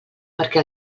perquè